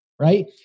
right